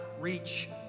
reach